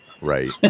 right